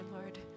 Lord